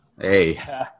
Hey